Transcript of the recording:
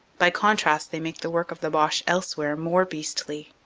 by contrast they make the work of the boche else where more beastly.